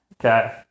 Okay